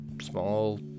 small